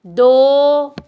ਦੋ